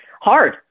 hard